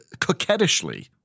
coquettishly